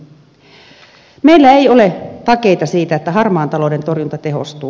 meillä ei ole takeita siitä että harmaan talouden torjunta tehostuu